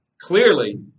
clearly